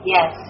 Yes